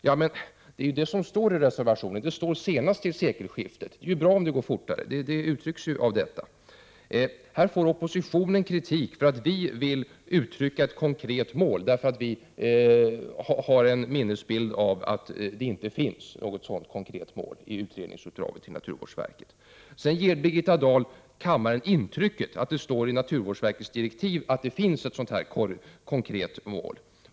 Ja, men det är ju detta som står i reservationen: ”senast till sekelskiftet”. Att det är bra om det går fortare, innefattas ju i detta. Här får oppositionen kritik för att vi vill uttrycka ett konkret mål, för vi har en minnesbild av att det inte finns något konkret mål i utredningsuppdraget till naturvårdsverket. Birgitta Dahl ger kammaren intrycket att det står i naturvårdsverkets direktiv att det finns ett konkret mål.